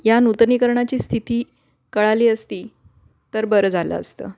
या नूतनीकरणाची स्थिती कळली असती तर बरं झालं असतं